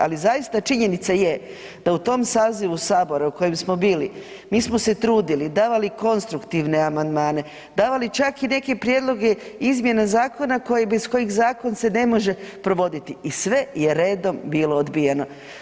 Ali zaista činjenica je da u tom sazivu Sabora u kojem smo bili mi smo se trudili, davali konstruktivne amandmane, davali čak i neke prijedloge izmjene zakona bez kojih zakon se ne može provoditi i sve je redom bilo odbijeno.